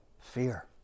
fear